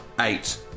eight